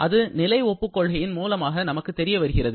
அது நிலை ஒப்புக் கொள்கையின் மூலமாக நமக்கு தெரிய வருகிறது